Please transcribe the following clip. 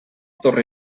torre